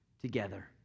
together